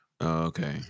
Okay